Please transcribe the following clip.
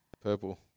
purple